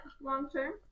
long-term